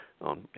on